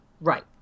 Right